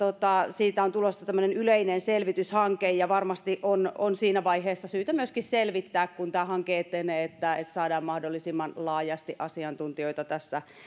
siitä on tulossa tämmöinen yleinen selvityshanke ja varmasti on on siinä vaiheessa syytä myöskin selvittää kun tämä hanke etenee että että saadaan mahdollisimman laajasti asiantuntijoita tässä